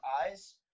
eyes